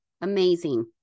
Amazing